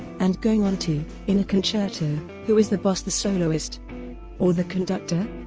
and going on to in a concerto, who is the boss the soloist or the conductor.